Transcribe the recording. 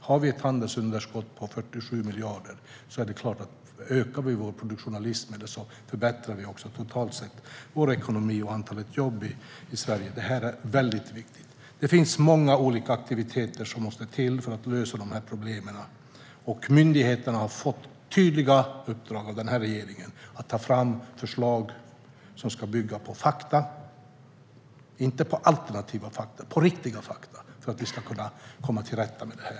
Har vi ett handelsunderskott på 47 miljarder är det klart att en ökad produktion också skulle förbättra vår ekonomi totalt sett och öka antalet jobb i Sverige. Detta är väldigt viktigt. Det finns många olika aktiviteter som måste till för att lösa dessa problem. Myndigheterna har fått tydliga uppdrag av den här regeringen att ta fram förslag som ska bygga på fakta - inte alternativa fakta utan riktiga fakta - för att vi ska kunna komma till rätta med detta.